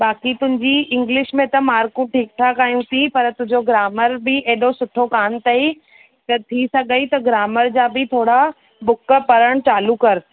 बाकी तुंहिंजी इंगलिश में त मार्कूं ठीकु ठाकु आहियूं अथई पर तुंहिंजो ग्रामर बि ऐॾो सुठो कान अथई त थी सघई त ग्रामर जा बि थोरा बुक पढ़नि चालू कर